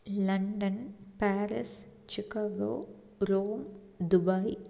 London Paris Chicago Rome Dubai